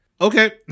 okay